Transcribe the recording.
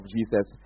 Jesus